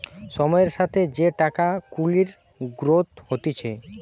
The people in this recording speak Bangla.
সময়ের সাথে যে টাকা কুড়ির গ্রোথ হতিছে